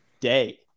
day